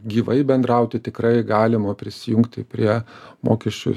gyvai bendrauti tikrai galima prisijungti prie mokesčių